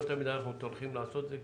לא תמיד אנחנו טורחים לעשות את זה.